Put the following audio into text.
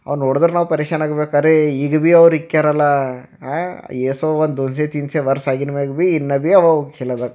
ಅವು ನೋಡಿದ್ರೆ ನಾವು ಪರೆಶಾನಾಗಬೇಕು ಅರೇ ಈಗ ಭೀ ಅವ್ರು ಇಕ್ಯಾರಲ್ಲ ಆ ಎಷ್ಟೋ ಒಂದು ದೊನ್ಸೆ ತೀನ್ಸೆ ವರ್ಷ ಆಗಿದ ಮ್ಯಾಲೆ ಭೀ ಇನ್ನೂ ಭೀ ಅವ ಅವು ಕಿಲಾದಾಗೆ